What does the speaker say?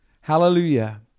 Hallelujah